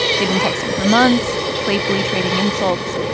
they'd been texting for months, playfully trading insults.